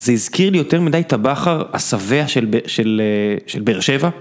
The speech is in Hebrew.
זה הזכיר לי יותר מדי את הבכר השבע של באר שבע.